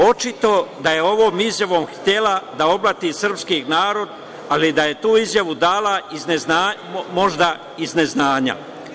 Očito da je ovom izjavom htela da oblati srpski narod, ali da je tu izjavu dala možda iz neznanja.